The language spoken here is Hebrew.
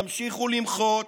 ימשיכו למחות,